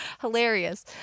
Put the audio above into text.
hilarious